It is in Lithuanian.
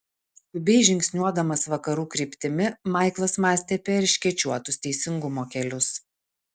skubiai žingsniuodamas vakarų kryptimi maiklas mąstė apie erškėčiuotus teisingumo kelius